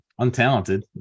untalented